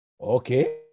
Okay